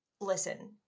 listen